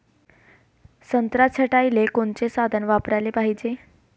संत्रा छटाईले कोनचे साधन वापराले पाहिजे?